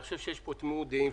אני חושב שיש פה תמימות דעים,